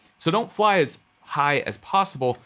so don't fly as high as possible.